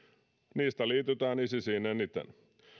liitytään isisiin eniten